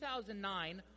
2009